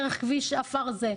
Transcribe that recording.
דרך כביש עפר זה.